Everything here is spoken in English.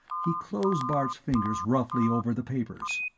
he closed bart's fingers roughly over the papers.